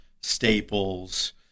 staples